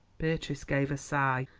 beatrice gave a sigh,